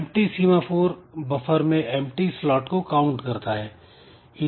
Empty सीमा four buffer में Empty slot को काउंट करता है